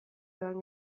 edan